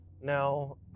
Now